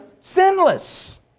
sinless